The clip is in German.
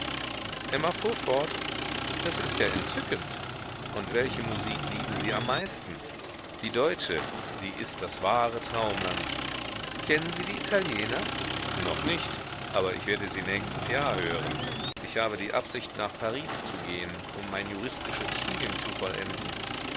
emma fuhr fort das ist ja entzückend und welche musik lieben sie am meisten die deutsche die ist das wahre traumland kennen sie die italiener noch nicht aber ich werde sie nächstes jahr hören ich habe die absicht nach paris zu gehen um mein juristisches studium zu vollenden